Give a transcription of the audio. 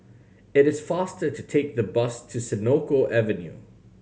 it is faster to take the bus to Senoko Avenue